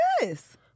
Yes